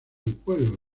pueblo